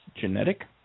genetic